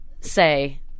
say